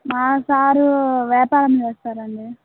మా సారు వ్యాపారం చేస్తారండి